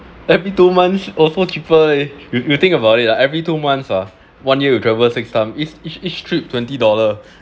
every two months also cheaper eh you you think about it ah every two months ah one year will travel six time each each each trip twenty dollar